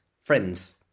Friends